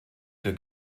der